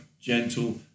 gentle